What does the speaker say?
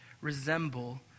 resemble